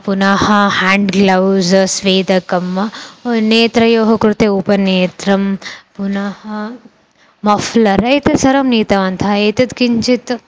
पुनः hand gloves स्वेदकं नेत्रयोः कृते उपनेत्रं पुनः मफ्लर् एतत् सर्वं नीतवन्तः एतत् किञ्चित्